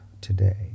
today